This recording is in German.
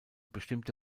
bestimmte